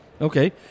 Okay